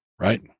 right